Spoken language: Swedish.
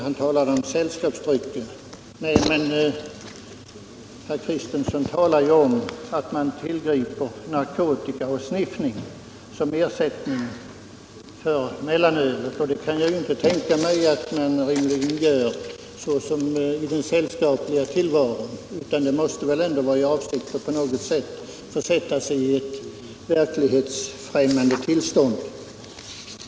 Han talade om sällskapsdrycker och sade att man kan tillgripa narkotika och sniffning som ersättning för mellanölet. Jag kan emellertid inte tänka mig att man gör detta i den sällskapliga tillvaron, utan avsikten måste väl vara att försätta sig i något slags verklighetsfrämmande tillstånd.